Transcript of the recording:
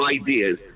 ideas